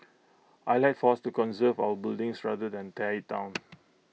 I'd like for us to conserve our buildings rather than tear IT down